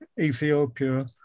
Ethiopia